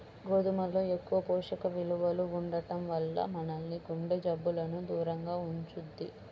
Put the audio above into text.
గోధుమల్లో ఎక్కువ పోషక విలువలు ఉండటం వల్ల మనల్ని గుండె జబ్బులకు దూరంగా ఉంచుద్ది